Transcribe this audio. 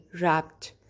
wrapped